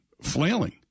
flailing